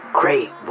great